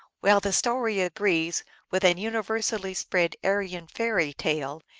while the story agrees with an universally spread aryan fairy tale,